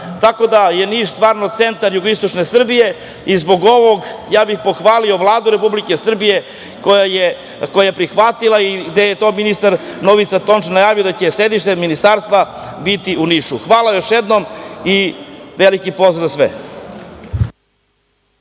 Tako da je Niš stvarno centar jugoistočne Srbije. Zbog ovoga, ja bih pohvalio Vladu Republike Srbije koja je prihvatila, i ministar Novica Tončev je najavio da će sedište Ministarstva biti u Nišu. Hvala još jednom. **Vladimir Orlić**